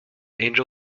angel